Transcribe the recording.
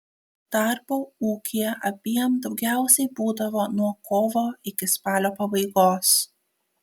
darbo ūkyje abiem daugiausiai būdavo nuo kovo iki spalio pabaigos